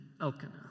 Elkanah